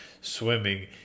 swimming